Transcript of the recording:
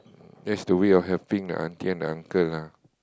there's the way of helping the auntie and the uncle lah